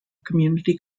community